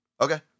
Okay